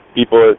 people